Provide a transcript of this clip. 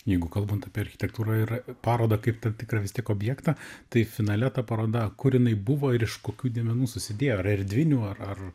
jeigu kalbant apie architektūrą ir parodą kaip tą tikrą vis tiek objektą tai finale ta paroda kur jinai buvo ir iš kokių dėmenų susidėjo ir erdvinių ar ar